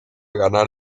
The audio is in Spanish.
ganar